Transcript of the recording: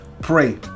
Pray